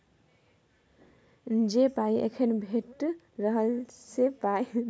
जे पाइ एखन भेटि रहल से पाइक मोल भबिस मे भेटै बला पाइ सँ बेसी छै